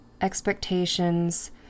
expectations